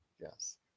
Yes